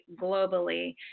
globally